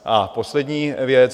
A poslední věc.